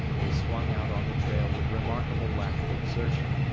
they swung out on the trail with remarkable lack of exertion,